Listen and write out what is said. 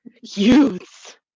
Youths